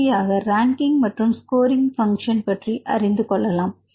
இறுதியாக ரங்கிங் மற்றும் scoring function பற்றி அறிந்து கொள்ளலாம்